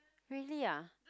really ah